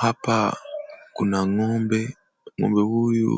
Hapa kuna ng'ombe. Ng'ombe huyu